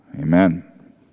Amen